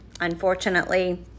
unfortunately